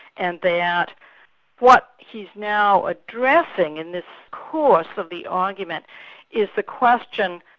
and that what he's now addressing in this course of the argument is the question,